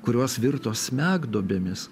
kurios virto smegduobėmis